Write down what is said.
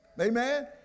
Amen